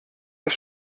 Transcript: das